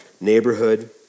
neighborhood